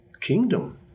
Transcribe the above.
kingdom